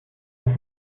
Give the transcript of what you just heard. for